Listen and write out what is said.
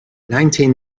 nineteen